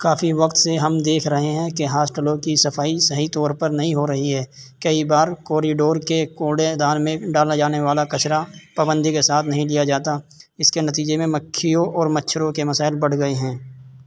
کافی وقت سے ہم دیکھ رہے ہیں کہ ہاسٹلوں کی صفائی صحیح طور پر نہیں ہو رہی ہے کئی بار کوریڈور کے کوڑے دان میں ڈالا جانے والا کچرا پابندی کے ساتھ نہیں لیا جایا جاتا اس کے نتیجے میں مکھیوں اور مچھروں کے مسائل بڑھ گئے ہیں